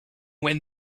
when